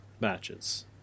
matches